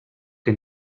que